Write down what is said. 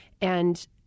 And-